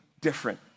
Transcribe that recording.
different